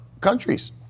countries